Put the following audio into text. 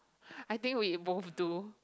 I think both do